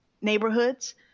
neighborhoods